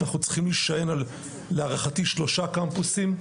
אנחנו צריכים להישען על להערכתי שלושה קמפוסים,